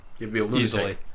Easily